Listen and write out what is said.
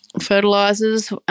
fertilizers